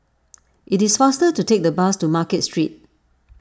it is faster to take the bus to Market Street